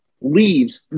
leaves